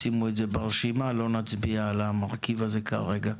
שימו את זה ברשימה, ולא נצביע על המרכיב הזה כרגע.